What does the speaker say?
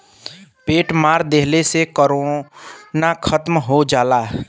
paint मार देहले से किरौना खतम हो जाला